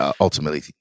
Ultimately